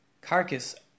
carcass